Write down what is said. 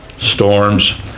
storms